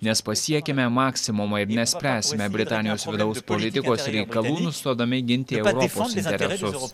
nes pasiekėme maksimumą ir nespręsime britanijos vidaus politikos reikalų nustodami ginti europos interesus